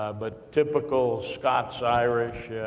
ah but, typical scots-irish,